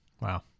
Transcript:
wow